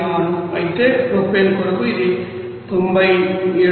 86 అయితే ప్రొపేన్ కొరకు ఇది 97